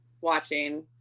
watching